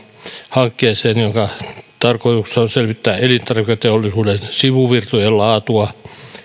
hankkeeseen jonka tarkoituksena on selvittää elintarviketeollisuuden sivuvirtojen laatua